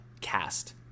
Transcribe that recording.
cast